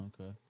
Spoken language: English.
okay